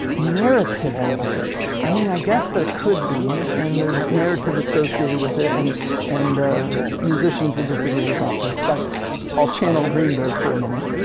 narrative over it. i mean i guess there could be and there's narrative associated with it and and musicians will disagree about this but i'll channel greenberg for a minute.